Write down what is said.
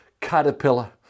caterpillar